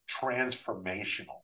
transformational